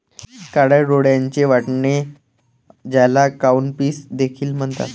काळ्या डोळ्यांचे वाटाणे, ज्याला काउपीस देखील म्हणतात